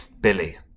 Billy